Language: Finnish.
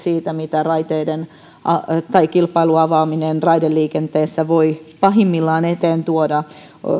siitä mitä kilpailun avaaminen raideliikenteessä voi pahimmillaan eteen tuoda